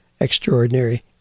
extraordinary